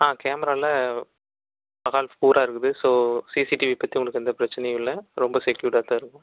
ஆ கேமராவில் மஹால் பூராக இருக்குது ஸோ சிசிடிவி பற்றி உங்களுக்கு எந்த பிரச்சினையும் இல்ல ரொம்ப செக்யூர்ட்டாக தான் இருக்கும்